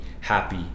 happy